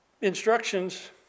instructions